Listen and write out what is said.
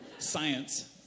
Science